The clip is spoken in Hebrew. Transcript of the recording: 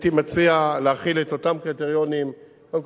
הייתי מציע להחיל את אותם קריטריונים קודם